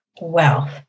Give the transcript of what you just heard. wealth